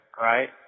right